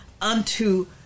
unto